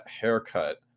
haircut